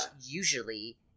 usually